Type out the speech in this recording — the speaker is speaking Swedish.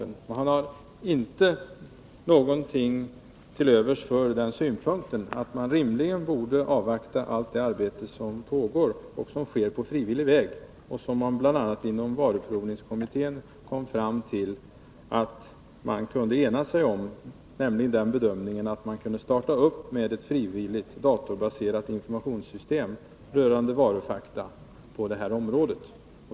Lennart Pettersson har inte någonting till övers för synpunkten att man rimligen borde avvakta allt det arbete som pågår och som sker på frivillig väg. Bl. a. inom varuprovningskommittén kunde man enas om bedömningen att man skulle kunna starta med ett frivilligt, datorbaserat informationssystem rörande varufakta på det här området.